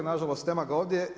Na žalost nema ga ovdje.